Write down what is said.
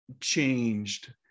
changed